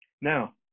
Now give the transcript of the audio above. Now